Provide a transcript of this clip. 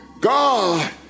God